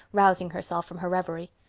rousing herself from her reverie.